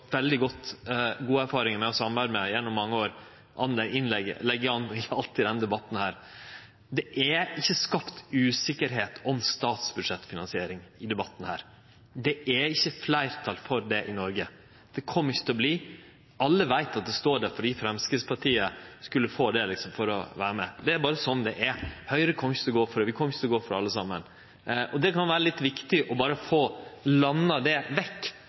veldig god erfaring med å samarbeide med gjennom mange år – legg an i denne debatten. Det er ikkje skapt usikkerheit om statsbudsjettfinansiering i denne debatten. Det er ikkje fleirtal for det i Noreg, det kjem det ikkje til å verte. Alle veit at det står der fordi Framstegspartiet skulle få dette – for å vere med. Det er berre sånn det er. Høgre kjem ikkje til å gå inn for det, vi andre kjem ikkje til å gå inn for det. Det kan vere litt viktig å få landa det